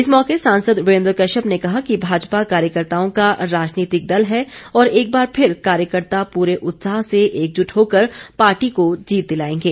इस मौके सांसद वीरेन्द्र कश्यप ने कहा कि भाजपा कार्यकर्ताओं का राजनीतिक दल है और एक बार फिर कार्यकर्ता पूरे उत्साह से एकजुट होकर पार्टी को जीत दिलाएंगे